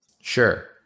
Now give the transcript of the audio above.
Sure